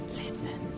listen